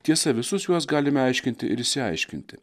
tiesa visus juos galime aiškinti ir išsiaiškinti